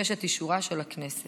אבקש את אישורה של הכנסת.